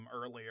earlier